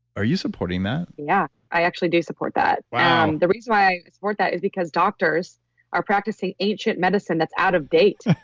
are you supporting that? yeah, i actually do support that. the reason why i support that is because doctors are practicing ancient medicine that's out of date.